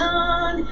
on